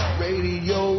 radio